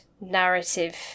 narrative